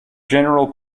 general